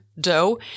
dough